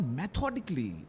methodically